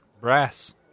brass